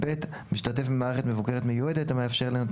משתתף במערכת מבוקרת מיועדת המאפשר לנותן